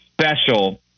special